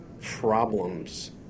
problems